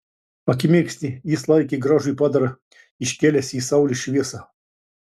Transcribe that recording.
akimirksnį jis laikė gražųjį padarą iškėlęs į saulės šviesą